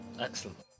excellent